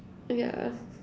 yeah